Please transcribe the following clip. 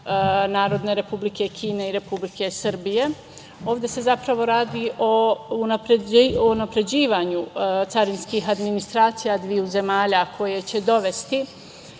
Narodne Republike Kine i Republike Srbije, ovde se zapravo radi o unapređivanju carinskih administracija dveju zemalja koje će dovesti